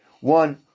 one